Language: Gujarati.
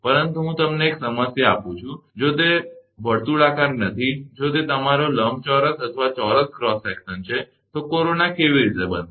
પરંતુ હું તમને એક સમસ્યા આપું છું કે જો તે વર્તુળાકાર નથી જો તે તમારો લંબચોરસ અથવા ચોરસ ક્રોસ સેકશન છે તો કોરોના કેવી રીતે બનશે